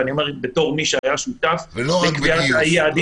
ואני אומר את זה בתור מי שהיה שותף לקביעת היעדים.